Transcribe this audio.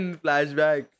flashback